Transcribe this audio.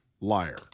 liar